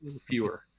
fewer